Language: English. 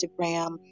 Instagram